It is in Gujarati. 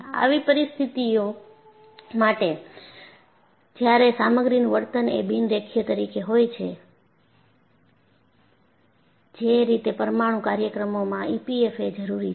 આવી પરિસ્થિતિઓ માટે જ્યારે સામગ્રીનું વર્તન એ બિન રેખીય તરીકે હોય છે જે રીતે પરમાણુ કાર્યક્રમોમાં ઈપીએફએમ એ જરૂરી છે